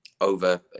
over